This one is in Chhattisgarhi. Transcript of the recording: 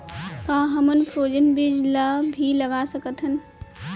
का हमन फ्रोजेन बीज ला भी लगा सकथन?